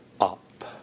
up